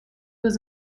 was